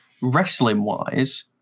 wrestling-wise